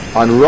on